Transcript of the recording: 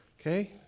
Okay